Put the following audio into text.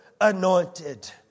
anointed